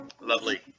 Lovely